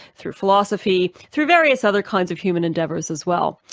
through philosophy, through various other kinds of human endeavors as well.